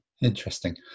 Interesting